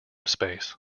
space